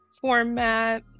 format